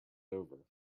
over